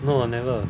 no I never